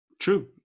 True